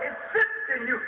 and then you